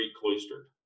cloistered